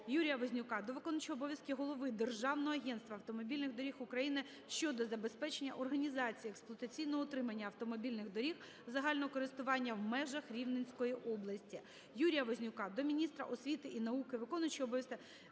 Юрія Вознюка до виконуючого обов'язки Голови Державного агентства автомобільних доріг України щодо забезпечення організації експлуатаційного утримання автомобільних доріг загального користування в межах Рівненської області. Юрія Вознюка до міністра освіти і науки, виконуючого обов'язків